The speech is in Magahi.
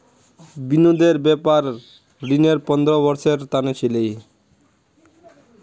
विनोदेर व्यापार ऋण पंद्रह वर्षेर त न छिले